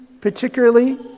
particularly